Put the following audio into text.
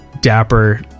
dapper